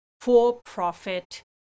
for-profit